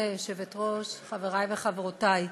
גברתי היושבת-ראש, חברי וחברותי,